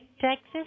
Texas